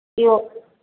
ఈ ఒ